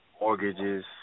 mortgages